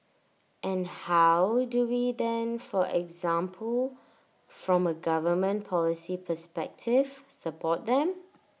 and how do we then for example from A government policy perspective support them